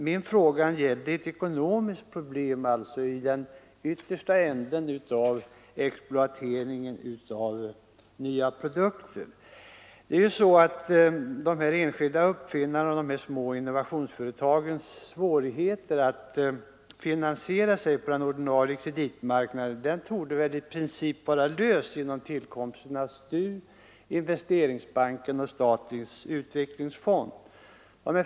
Min fråga gällde som sagt ett ekonomiskt problem i yttersta änden av exploateringen av nya produkter. De enskilda företagarnas och de små innovationsföretagens svårigheter att finansiera sig på den ordinarie kreditmarknaden torde i princip vara lösta genom tillkomsten av STU, Investeringsbanken och statens utvecklingsfond.